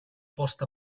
post